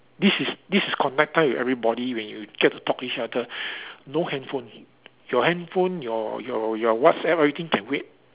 this is this is connect time with everybody when you get to talk each other no handphone your handphone your your your WhatsApp everything can wait